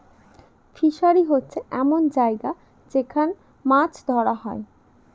fishery হচ্ছে এমন জায়গা যেখান মাছ ধরা হয়